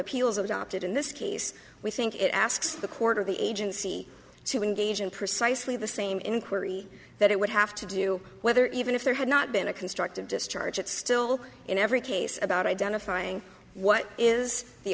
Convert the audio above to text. appeals adopted in this case we think it asks the court or the agency to engage in precisely the same inquiry that it would have to do whether even if there had not been a constructive just charge it still in every case about identifying what is the